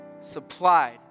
supplied